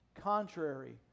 Contrary